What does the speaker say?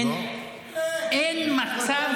אין מצב,